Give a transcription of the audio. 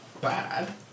Bad